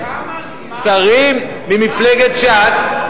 שרים ממפלגת ש"ס,